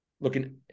looking